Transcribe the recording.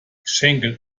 schenkel